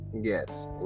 yes